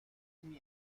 نکردی